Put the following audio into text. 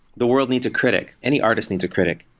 the world needs a critique. any artist needs a critique.